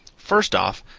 first off,